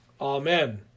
Amen